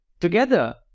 together